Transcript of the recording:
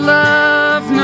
love